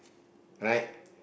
right